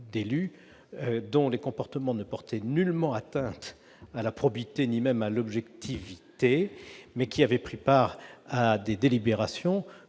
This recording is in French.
d'élus dont les comportements ne portaient pourtant nullement atteinte ni à la probité ni même à l'objectivité, mais qui avaient pris part à des délibérations